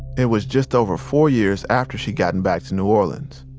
it was just over four years after she'd gotten back to new orleans.